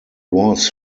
was